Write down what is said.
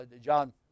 John